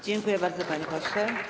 Dziękuję bardzo, panie pośle.